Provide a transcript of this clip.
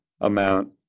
amount